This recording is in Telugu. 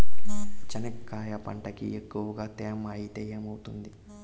చెనక్కాయ పంటకి ఎక్కువగా తేమ ఐతే ఏమవుతుంది?